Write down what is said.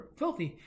filthy